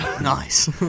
Nice